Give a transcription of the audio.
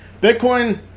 Bitcoin